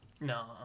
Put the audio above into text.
No